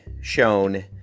shown